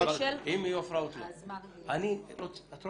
החקלאות מוציא אתנו